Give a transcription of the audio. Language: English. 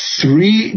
three